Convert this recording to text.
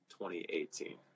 2018